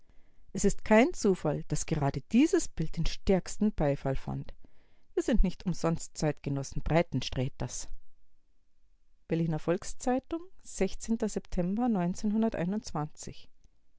es ist kein zufall daß gerade dieses bild den stärksten beifall fand wir sind nicht umsonst zeitgenossen breitensträters berliner volks-zeitung september